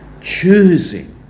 Choosing